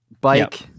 bike